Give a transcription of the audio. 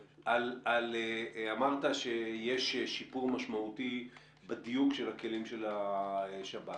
אמרת שיש שיפור משמעותי בדיוק של הכלים של השב"כ.